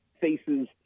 faces